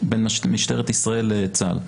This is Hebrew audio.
בין משטרת ישראל לבין צה"ל.